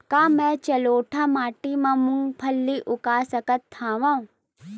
का मैं जलोढ़ माटी म मूंगफली उगा सकत हंव?